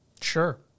Sure